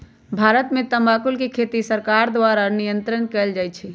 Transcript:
भारत में तमाकुल के खेती सरकार द्वारा नियन्त्रण कएल जाइ छइ